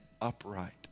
upright